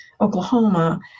Oklahoma